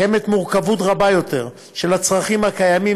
קיימת מורכבות רבה יותר של הצרכים הקיימים